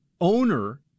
owner